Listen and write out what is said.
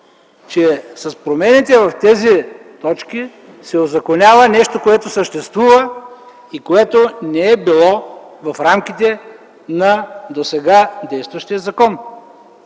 че с промените в тези точки се узаконява нещо, което съществува и което не е било в рамките на досега действащия закон.